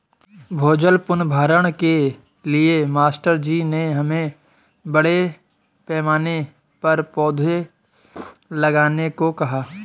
भूजल पुनर्भरण के लिए मास्टर जी ने हमें बड़े पैमाने पर पौधे लगाने को कहा है